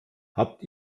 habt